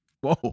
Whoa